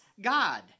God